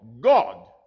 God